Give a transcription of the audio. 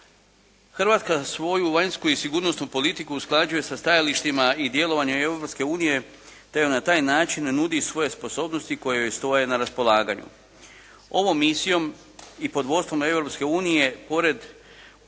Hrvatska svoju vanjsku i sigurnosnu politiku usklađuje sa stajalištima i djelovanjem Europske unije te joj na taj način nudi i svoje sposobnosti koje joj stoje na raspolaganju. Ovom misijom i pod vodstvom Europske unije